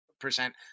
percent